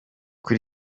uko